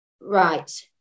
right